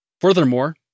Furthermore